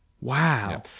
wow